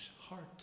heart